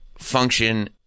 function